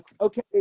okay